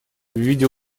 виде